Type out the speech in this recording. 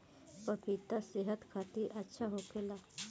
पपिता सेहत खातिर अच्छा होखेला